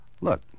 Look